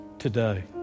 today